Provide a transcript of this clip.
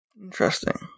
Interesting